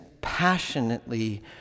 passionately